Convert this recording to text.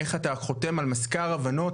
איך אתה חותם על מזכר הבנות,